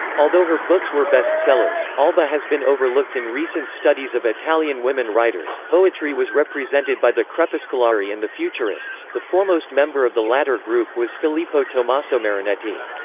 although her books were bestsellers, alba has been overlooked in recent studies of italian women writers poetry was represented by the crepuscolari and the futurists the foremost member of the latter group was filippo tommaso marinetti.